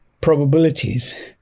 probabilities